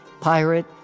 pirate